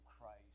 Christ